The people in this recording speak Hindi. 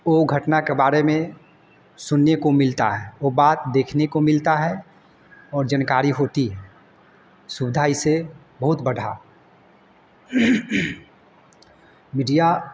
वो घटना के बारे में सुनने को मिलता है वह बात देखने को मिलती है और जनकारी होती है सुविधा इसे बहुत बढ़ा मिडिया